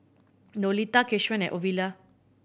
Lolita Keshaun and Ovila